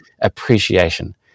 appreciation